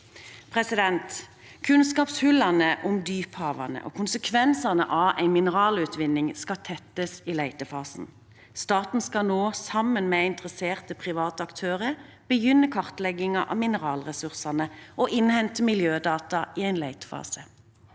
gripe. Kunnskapshullene om dyphavene og konsekvensene av en mineralutvinning skal tettes i letefasen. Staten skal nå, sammen med interesserte private aktører, begynne kartleggingen av mineralressursene og innhente miljødata i en letefase.